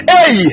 Hey